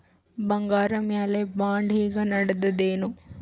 ಬಂಗಾರ ಮ್ಯಾಲ ಬಾಂಡ್ ಈಗ ನಡದದೇನು?